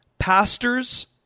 Pastors